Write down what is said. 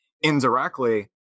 indirectly